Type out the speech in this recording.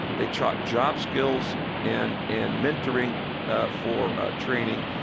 they taught job skills and and mentoring ah for ah training.